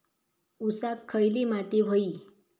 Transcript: ऊसाक खयली माती व्हयी?